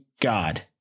God